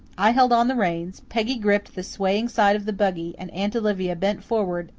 i held on the reins, peggy gripped the swaying side of the buggy, and aunt olivia bent forward,